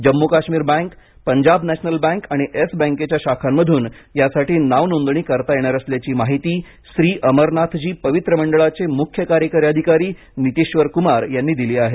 Jammu Kashmir bank Punjab national bank आणि yes बँकेच्या शाखांमधून यासाठी नावनोंदणी करता येणार असल्याची माहिती श्री अमरनाथजी पवित्र मंडळाचे मुख्य कार्यकारी अधिकारी नितीश्वरकुमार यांनी दिली आहे